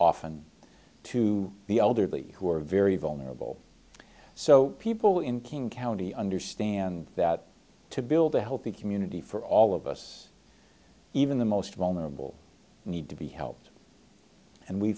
often to the elderly who are very vulnerable so people in king county understand that to build a healthy community for all of us even the most vulnerable need to be helped and we